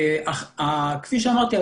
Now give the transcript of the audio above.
כפי שאמרתי,